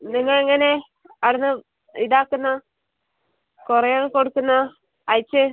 നിങ്ങൾ എങ്ങനെ ആട്ന്ന് ഇതാക്കുന്ന കൊറിയർ കൊടുക്കുന്നത് അയച്ചു